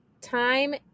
time